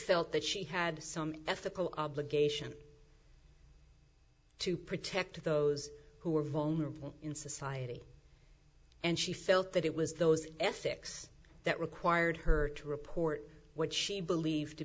felt that she had some ethical obligation to protect those who were vulnerable in society and she felt that it was those ethics that required her to report what she believed to